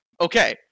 Okay